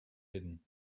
hidden